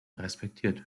respektiert